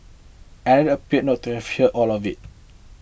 another appeared not to have hear all of it